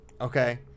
Okay